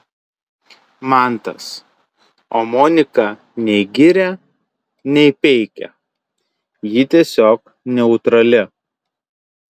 mantas o monika nei giria nei peikia ji tiesiog neutrali